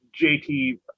JT